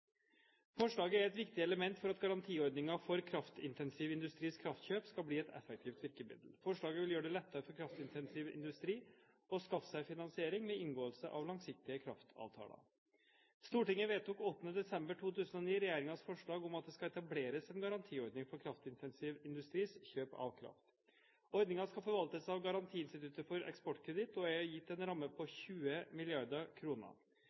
Forslaget er et viktig element for at garantiordningen for kraftintensiv industris kraftkjøp skal bli et effektivt virkemiddel. Forslaget vil gjøre det lettere for kraftintensiv industri å skaffe seg finansiering ved inngåelse av langsiktige kraftavtaler. Stortinget vedtok 8. desember 2009 regjeringens forslag om at det skal etableres en garantiordning for kraftintensiv industris kjøp av kraft. Ordningen skal forvaltes av Garanti-instituttet for eksportkreditt og er gitt en ramme på